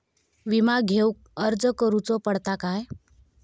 विमा घेउक अर्ज करुचो पडता काय?